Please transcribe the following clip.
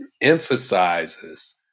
emphasizes